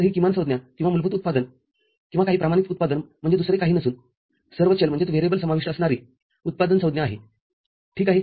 तर ही किमानसंज्ञा किंवा मूलभूत उत्पादनकिंवा काही प्रमाणित उत्पादन म्हणजे दुसरे काही नसून सर्व चल समाविष्ट असणारी उत्पादन संज्ञा आहे ठीक आहे